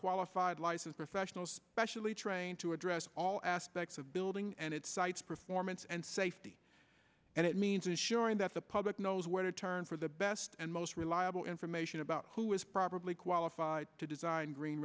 qualified licensed professionals specially trained to address all aspects of building and its sites performance and safety and it means ensuring that the public knows where to turn for the best and most reliable information about who is probably qualified to design green